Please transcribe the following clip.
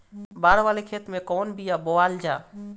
बाड़ वाले खेते मे कवन बिया बोआल जा?